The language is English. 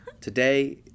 Today